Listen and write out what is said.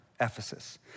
Ephesus